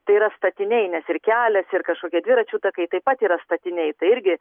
tai yra statiniai nes ir kelias ir kažkokie dviračių takai taip pat yra statiniai tai irgi